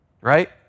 right